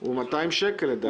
הוא 200 שקל, לדעתי.